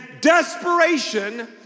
desperation